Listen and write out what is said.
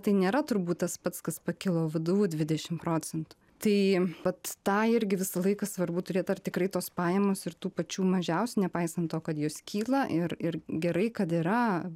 tai nėra turbūt tas pats kas pakilo vdu dvidešim procentų tai vat tą irgi visą laiką svarbu turėt ar tikrai tos pajamos ir tų pačių mažiausių nepaisant to kad jos kyla ir ir gerai kad yra